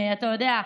אתה יודע,